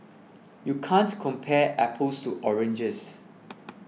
you can't compare apples to oranges